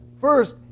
First